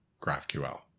GraphQL